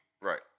Right